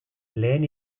lehen